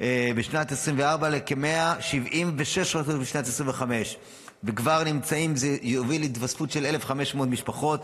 בשנת 2024 ל-176 רשויות בשנת 2025. זה יוביל להתווספות של 1,500 משפחות.